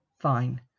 Fine